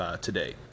today